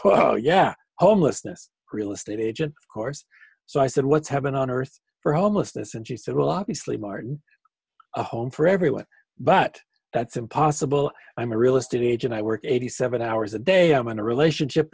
said yeah homelessness real estate agent of course so i said what's heaven on earth for homelessness and she said well obviously martin a home for everyone but that's impossible i'm a real estate agent i work eighty seven hours a day i'm in a relationship